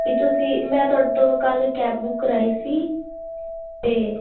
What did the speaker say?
ਵੀ ਤੁਸੀਂ ਮੈਂ ਤੁਹਾਡੇ ਤੋਂ ਕੱਲ੍ਹ ਕੈਬ ਬੁੱਕ ਕਰਵਾਈ ਸੀ ਅਤੇ